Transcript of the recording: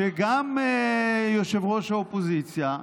שגם ראש האופוזיציה,